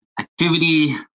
activity